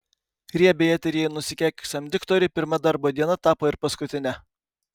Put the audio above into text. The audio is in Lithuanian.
riebiai eteryje nusikeikusiam diktoriui pirma darbo diena tapo ir paskutine